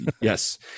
Yes